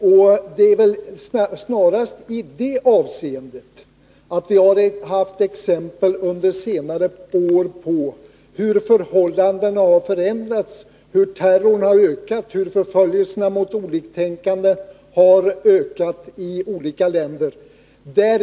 Och det är väl snarast i det avseendet som vi under senare år sett exempel på hur förhållandena förändrats, hur terrorn har ökat och hur förföljelserna mot oliktänkande har tilltagit i olika länder.